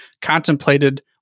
contemplated